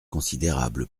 considérable